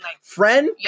friend